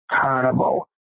carnival